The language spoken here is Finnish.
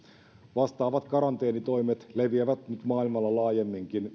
vastaavat karanteenitoimet leviävät nyt maailmalla laajemminkin